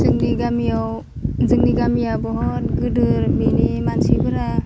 जोंनि गामियाव जोंनि गामिया बहुद गिदिर बेनि मानसिफोरा